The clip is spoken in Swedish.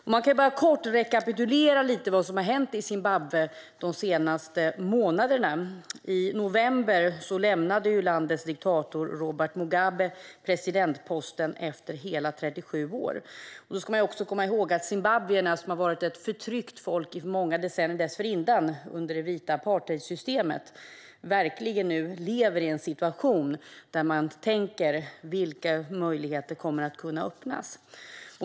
Jag vill bara kort rekapitulera lite vad som har hänt i Zimbabwe de senaste månaderna. I november lämnade landets diktator Robert Mugabe presidentposten efter hela 37 år. Då ska man komma ihåg att zimbabwierna, som var ett förtryckt folk i många decennier dessförinnan under det vita apartheidsystemet, nu verkligen lever i en situation där man tänker på vilka möjligheter som kommer att kunna öppnas.